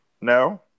No